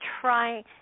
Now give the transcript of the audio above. trying